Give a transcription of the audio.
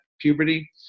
puberty